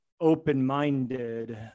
open-minded